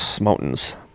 Mountains